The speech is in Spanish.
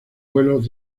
vuelos